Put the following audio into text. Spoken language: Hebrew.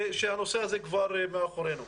שהנושא הזה כבר מאחורינו.